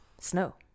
Snow